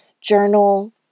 Journal